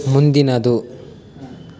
ಮುಂದಿನದು